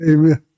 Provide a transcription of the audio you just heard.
Amen